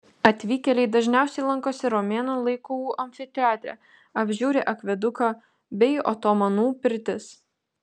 atvykėliai dažniausiai lankosi romėnų laikų amfiteatre apžiūri akveduką bei otomanų pirtis